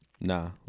Nah